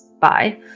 bye